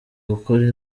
gukora